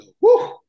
Woo